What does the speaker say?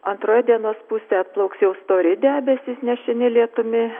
antroje dienos pusėj atplauks jau stori debesys nešini lietumi